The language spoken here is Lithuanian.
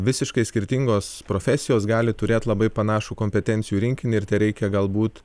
visiškai skirtingos profesijos gali turėt labai panašų kompetencijų rinkinį ir tereikia galbūt